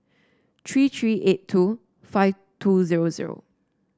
three three eight two five two zero zero